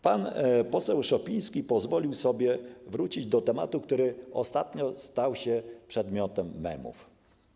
Pan poseł Szopiński pozwolił sobie wrócić do tematu, który ostatnio stał się przedmiotem memów.